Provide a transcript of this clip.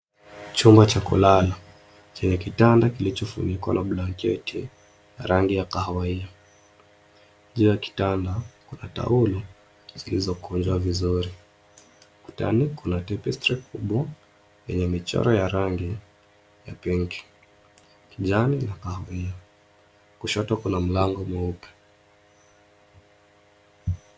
Chumba cha kulala, chenye kitanda kilichofunikwa na blanketi ya rangi ya kahawia. Juu ya kitanda kuna taulo zilizokunjwa vizuri, Ukutani kuna tapestry kubwa yenye michoro ya rangi ya pink , kijani na kahawia. Kushoto kuna mlango mweupe.